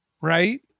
right